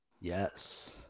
Yes